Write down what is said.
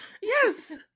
yes